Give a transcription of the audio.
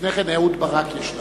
לפני כן אהוד ברק יש לך.